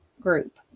group